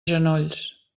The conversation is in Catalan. genolls